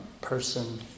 person